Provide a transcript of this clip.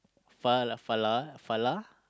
Falah Falah Falah